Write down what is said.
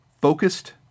focused